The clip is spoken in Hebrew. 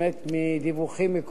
ומגיעות לך כל הברכות.